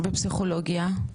ופסיכולוגיה?